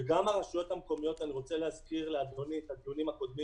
וגם הרשויות המקומיות אני רוצה להזכיר לאדוני את הדיונים הקודמים